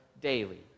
daily